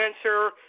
answer